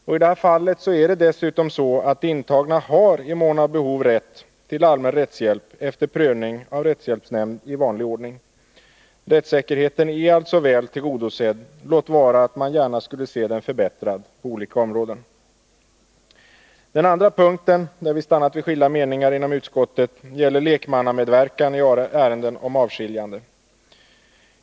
I detta fall är det dessutom så att intagna har i mån av behov rätt till allmän rättshjälp efter prövning av rättshjälpsnämnd i vanlig ordning. Rättssäkerheten är alltså väl tillgodosedd, låt vara att man gärna skulle se den förbättrad på olika områden. Den andra punkten, där vi stannat vid skilda meningar inom utskottet, gäller lekmannamedverkan i ärende om avskiljande.